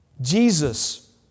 Jesus